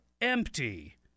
empty